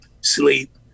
sleep